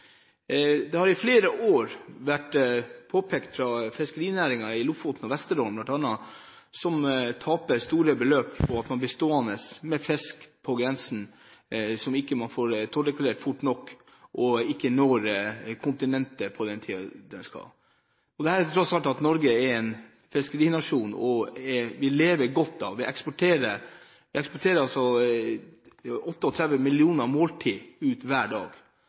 har i flere år påpekt dette fra fiskerinæringen bl.a. i Lofoten og Vesterålen. Man taper store beløp fordi man blir stående på grensen med fisk som man ikke får tolldeklarert fort nok, og man når ikke ut til kontinentet på den tiden man skal – dette til tross for at Norge er en fiskerinasjon, og vi lever godt av det. Vi eksporterer altså 38 millioner måltider hver dag,